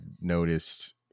noticed